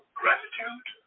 gratitude